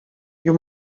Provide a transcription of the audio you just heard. you